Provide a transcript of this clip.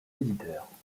éditeurs